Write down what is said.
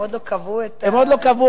הם עוד לא קבעו את הם עוד לא קבעו,